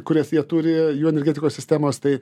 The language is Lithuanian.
kurias jie turi jų energetikos sistemos tai